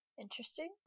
Interesting